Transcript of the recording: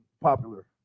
popular